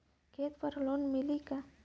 खेत पर लोन मिलेला का?